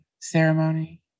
ceremony